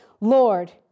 Lord